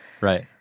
Right